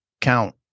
count